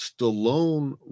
Stallone